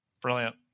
Brilliant